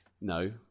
No